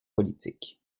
politique